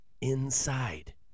inside